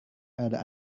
ada